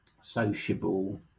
sociable